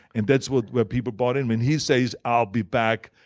and that's where where people bought in when he says, i'll be back.